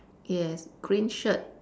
yes green shirt